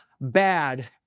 bad